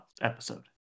episode